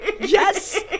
yes